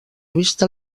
vista